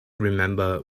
remember